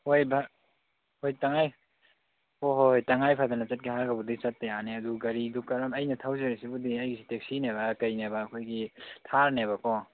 ꯍꯣꯏꯕ ꯍꯣꯏ ꯇꯪꯉꯥꯏ ꯍꯣꯍꯣꯏ ꯇꯪꯉꯥꯏ ꯐꯥꯗꯅ ꯆꯠꯀꯦ ꯍꯥꯏꯔꯕꯨꯗꯤ ꯆꯠꯄ ꯌꯥꯅꯤ ꯑꯗꯨ ꯒꯔꯤꯗꯨ ꯀꯔꯝ ꯑꯩꯅ ꯊꯧꯖꯔꯤꯁꯤꯕꯨꯗꯤ ꯑꯩꯒꯤꯁꯦ ꯇꯦꯛꯁꯤꯅꯦꯕ ꯀꯩꯅꯦꯕ ꯑꯩꯈꯣꯏꯒꯤ ꯊꯥꯔꯅꯦꯕꯀꯣ